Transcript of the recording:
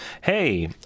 hey